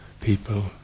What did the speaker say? People